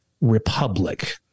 Republic